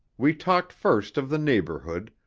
we talked first of the neighbourhood,